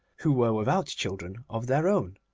who were without children of their own,